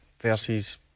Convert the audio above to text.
versus